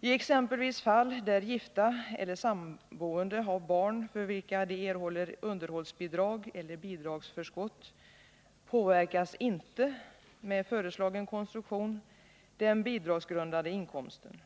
I exempelvis fall där gifta eller samboende har barn för vilka de erhåller underhållsbidrag eller bidragsförskott påverkas inte — med föreslagen konstruktion — den bidragsgrundande inkomsten.